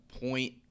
point